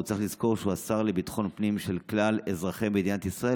הוא צריך לזכור שהוא השר לביטחון הפנים של כלל אזרחי מדינת ישראל,